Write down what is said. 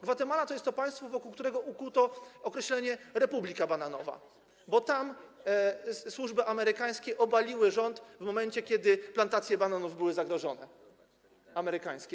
Gwatemala to jest to państwo, wokół którego ukuto określenie republika bananowa, bo tam służby amerykańskie obaliły rząd, w momencie kiedy plantacje bananów były zagrożone, amerykańskie.